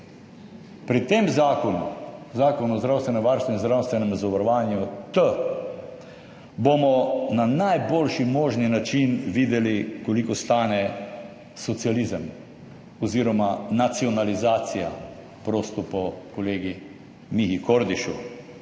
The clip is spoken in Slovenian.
pri tem zakonu Zakon o zdravstvenem varstvu in zdravstvenem zavarovanju T bomo na najboljši možni način videli koliko stane socializem oziroma nacionalizacija, prosto po kolegi Mihi Kordišu.